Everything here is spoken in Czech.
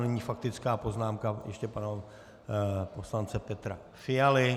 Nyní faktická poznámka pana poslance Petra Fialy.